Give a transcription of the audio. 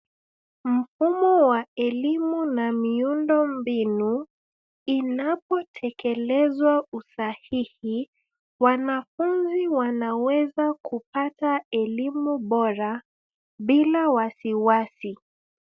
Mfumo wa elimu na miundombinu inapotekelezwa usahihi, wanafunzi wanaweza kupata elimu bora bila wasiwasi.